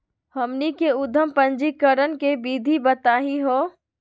हमनी के उद्यम पंजीकरण के विधि बताही हो?